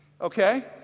okay